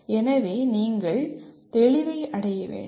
எனவே நீங்கள் தெளிவை அடைய வேண்டும்